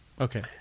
Okay